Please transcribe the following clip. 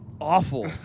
Awful